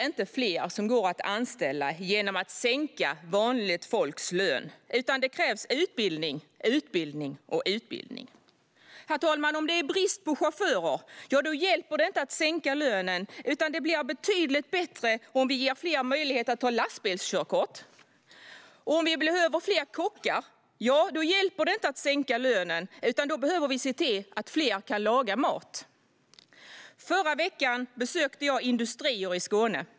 Det blir inte fler att anställa genom att sänka vanligt folks löner, utan det krävs utbildning, utbildning och utbildning. Om det är brist på chaufförer hjälper det inte att sänka löner, utan då är det betydligt bättre om vi ger fler möjlighet att ta lastbilskörkort. Behöver vi fler kockar hjälper det inte att sänka löner, utan då behöver vi se till att fler kan laga mat. Förra veckan besökte jag industrier i Skåne.